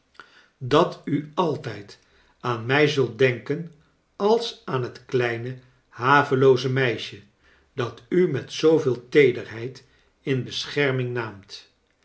dat u altijd aan mij zult denken ate aan het kleine havelooze meisje dat u met zooveel teederheid in bescherming naamt